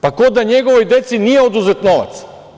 Pa, kao da njegovoj deci nije oduzet novac.